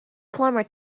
plumber